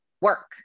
work